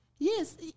Yes